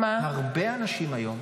יש לך הרבה אנשים היום,